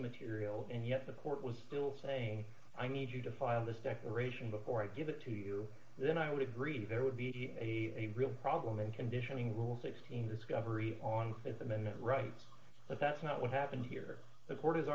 material and yet the court was still saying i need you to file this declaration before i give it to you then i would agree there would be a real problem in conditioning rules sixteen discovery on th amendment rights but that's not what happened here the court is